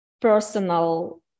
personal